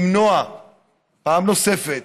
למנוע פעם נוספת